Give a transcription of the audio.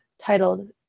titled